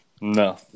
No